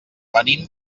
venim